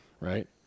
right